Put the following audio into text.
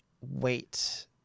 wait